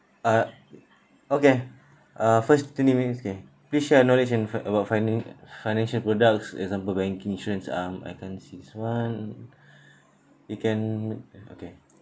uh okay uh first twenty minutes okay please share your knowledge in~ f~ about finan~ financial products example banking insurance um I can't see this one you can uh okay